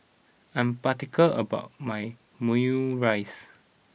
I am particular about my Omurice